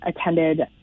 attended